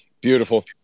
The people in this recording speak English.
Beautiful